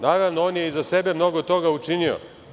Naravno, on je iza sebe mnogo toga učinio.